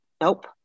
Nope